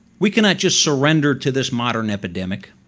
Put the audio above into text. we cannot just surrender to this modern epidemic.